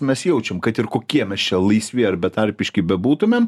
mes jaučiam kad ir kokie mes čia laisvi ar betarpiški bebūtumėm